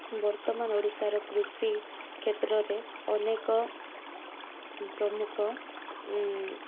ବର୍ତ୍ତମାନ ଓଡ଼ିଶାର କୃଷି କ୍ଷେତ୍ରରେ ଅନେକ ପ୍ରମୁଖ